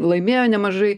laimėjo nemažai